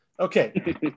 Okay